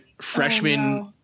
freshman